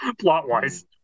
plot-wise